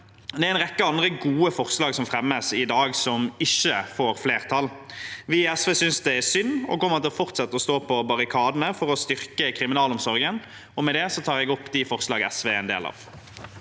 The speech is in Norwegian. Det er en rekke andre gode forslag som fremmes i dag, som ikke får flertall. Vi i SV synes det er synd og kommer til å fortsette å stå på barrikadene for å styrke kriminalomsorgen. Med det tar jeg opp de forslagene SV